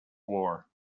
floor